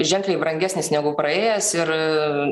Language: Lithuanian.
ženkliai brangesnis negu praėjęs ir